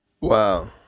Wow